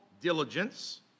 diligence